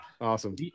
Awesome